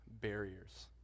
Barriers